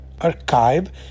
archive